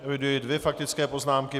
Eviduji dvě faktické poznámky.